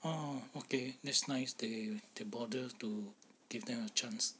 oh okay that's nice they they bother to give them a chance